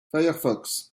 firefox